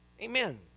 Amen